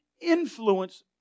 influence